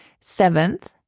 seventh